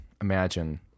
imagine